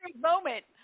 moment